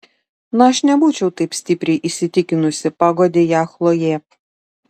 na aš nebūčiau taip stipriai įsitikinusi paguodė ją chlojė